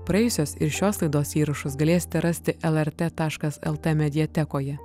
praėjusios ir šios laidos įrašus galėsite rasti lrt taškas lt mediatekoje